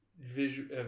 visual